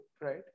right